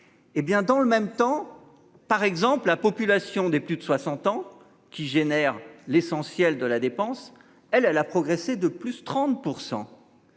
dans le même temps, par exemple, la population des plus de 60 ans qui génère l'essentiel de la dépense, elle, elle a progressé de plus de 30%.